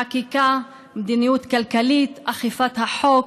חקיקה, מדיניות כלכלית, אכיפת החוק.